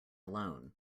alone